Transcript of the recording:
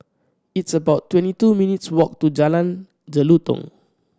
it's about twenty two minutes walk to Jalan Jelutong